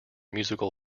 musical